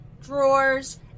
drawers